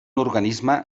organisme